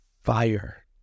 fire